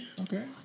okay